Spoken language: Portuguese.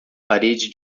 parede